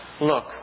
Look